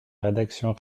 rédaction